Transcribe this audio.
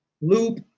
Loop